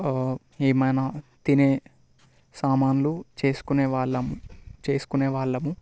ఏమైనా తినే సామాన్లు చేసుకునే వాళ్ళం చేసుకునే వాళ్ళము